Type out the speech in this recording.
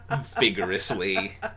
vigorously